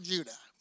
Judah